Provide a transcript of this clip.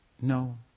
No